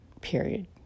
period